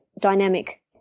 dynamic